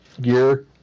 gear